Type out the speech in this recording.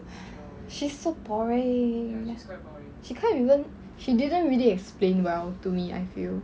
she's so boring she can't even she didn't really explain well to me I feel